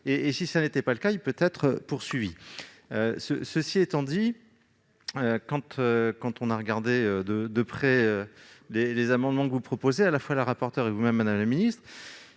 ; si tel n'est pas le cas, il peut être poursuivi. Cela étant dit, quand on a regardé de près les amendements proposés à la fois par Mme la rapporteure et par vous-même, madame la ministre,